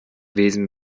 wesen